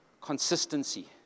consistency